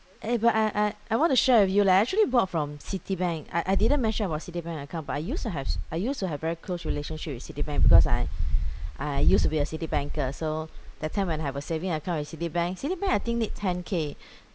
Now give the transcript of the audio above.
eh but I I I want to share with you leh I actually bought from citibank I I didn't mention about citibank account but I used to have I used to have very close relationship with citibank because I I used to be a citibanker so that time when have a saving account with citibank citibank I think need ten K